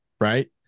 right